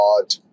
God